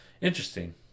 interesting